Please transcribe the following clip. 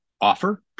offer